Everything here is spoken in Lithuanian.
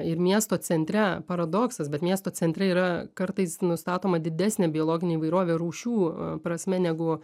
ir miesto centre paradoksas bet miesto centre yra kartais nustatoma didesnė biologinė įvairovė rūšių prasme negu